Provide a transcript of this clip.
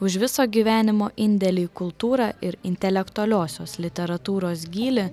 už viso gyvenimo indėlį į kultūrą ir intelektualiosios literatūros gylį